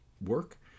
work